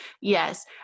yes